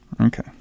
Okay